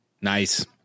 Nice